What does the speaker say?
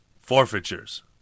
forfeitures